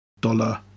dollar